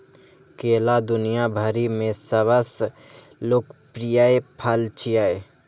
केला दुनिया भरि मे सबसं लोकप्रिय फल छियै